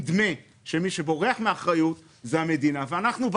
נדמה שמי שבורח מאחריות זו המדינה, לא אנחנו.